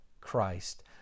Christ